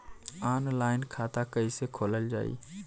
Online खाता कईसे खोलल जाई?